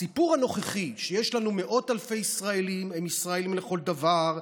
הסיפור הנוכחי הוא שיש לנו מאות אלפי ישראלים: הם ישראלים לכל דבר,